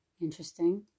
Interesting